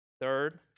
third